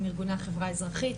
עם ארגוני החברה האזרחית,